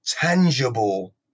tangible